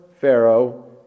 Pharaoh